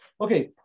Okay